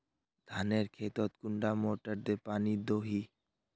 धानेर खेतोत कुंडा मोटर दे पानी दोही?